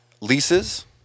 leases